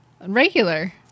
Regular